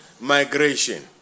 migration